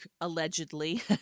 allegedly